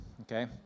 okay